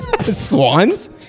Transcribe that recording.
Swans